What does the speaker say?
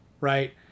right